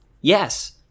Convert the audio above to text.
yes